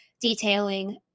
detailing